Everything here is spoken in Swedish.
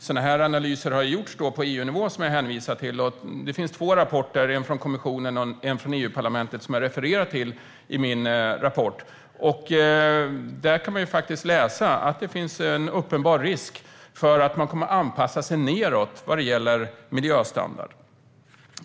Sådana här analyser har gjorts på EU-nivå, vilket jag hänvisade till. Det finns två rapporter, en från kommissionen och en från EU-parlamentet som jag refererar till i min interpellation, och där står det faktiskt att det finns en uppenbar risk för att man kommer att anpassa sig nedåt vad gäller miljöstandard.